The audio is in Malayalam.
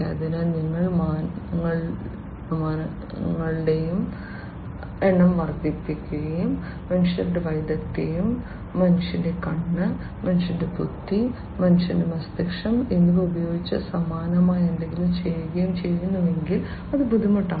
അതിനാൽ നിങ്ങൾ മാനങ്ങളുടെ എണ്ണം വർദ്ധിപ്പിക്കുകയും മനുഷ്യന്റെ വൈദഗ്ധ്യവും മനുഷ്യന്റെ കണ്ണ് മനുഷ്യന്റെ ബുദ്ധി മനുഷ്യ മസ്തിഷ്കം എന്നിവ ഉപയോഗിച്ച് സമാനമായ എന്തെങ്കിലും ചെയ്യുകയും ചെയ്യുന്നുവെങ്കിൽ അത് ബുദ്ധിമുട്ടാണ്